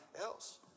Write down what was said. else